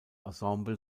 ensemble